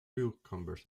cucumbers